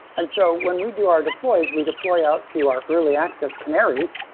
and so when we do our deploys, we deploy out to our early access canaries,